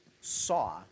saw